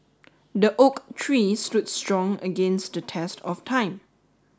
the oak tree stood strong against the test of time